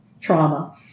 trauma